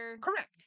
Correct